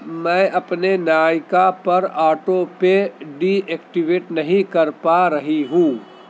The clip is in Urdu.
میں اپنے نائیکا پر آٹو پے ڈی ایکٹیویٹ نہیں کر پا رہی ہوں